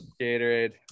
Gatorade